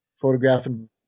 Photographing